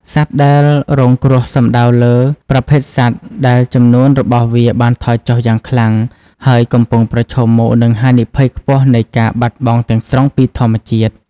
សត្វដែលរងគ្រោះសំដៅលើ ប្រភេទសត្វដែលចំនួនរបស់វាបានថយចុះយ៉ាងខ្លាំង ហើយកំពុងប្រឈមមុខនឹងហានិភ័យខ្ពស់នៃការបាត់បង់ទាំងស្រុងពីធម្មជាតិ។